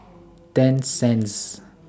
ten Cenz